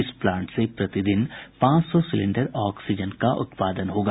इस प्लांट से प्रतिदिन पांच सौ सिलेंडर ऑक्सीजन का उत्पादन होगा